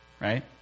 Right